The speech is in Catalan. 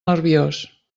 nerviós